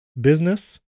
business